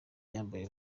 yambaye